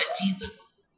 Jesus